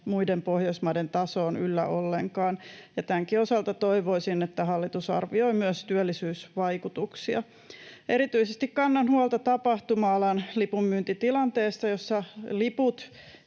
muiden Pohjoismaiden tasoon yllä ollenkaan. Tämänkin osalta toivoisin, että hallitus arvioi myös työllisyysvaikutuksia. Erityisesti kannan huolta tapahtuma-alan lipunmyyntitilanteesta, jossa liput